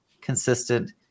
consistent